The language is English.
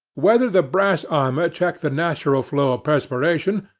whether the brass armour checked the natural flow of perspiration,